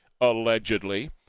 allegedly